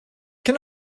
can